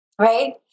right